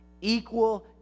equal